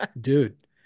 Dude